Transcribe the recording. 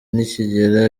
nikigera